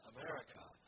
America